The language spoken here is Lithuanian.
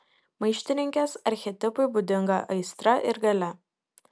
maištininkės archetipui būdinga aistra ir galia